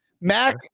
Mac